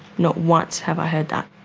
not once have i heard that.